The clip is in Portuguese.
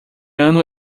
ano